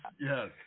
Yes